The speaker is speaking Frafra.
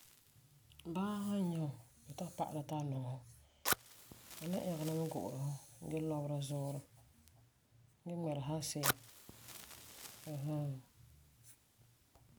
Baa san nyɛ fu bɔta ti a pa'alɛ ti a nɔŋɛ fu, a ni ɛgera mɛ gu'ura fu gee lɔbera zuurɛ gee ŋmɛresa a si'a. Ɛɛ hɛɛ.